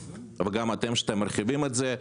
וגם לכם על כך שאתם מרחיבים את זה.